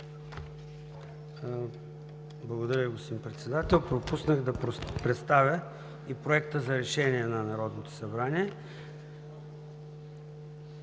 Благодаря, господин Председател. Пропуснах да представя и Проекта за решение на Народното събрание.